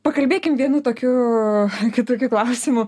pakalbėkim vienu tokiu kitokiu klausimu